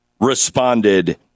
responded